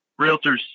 realtors